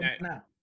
Now